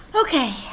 Okay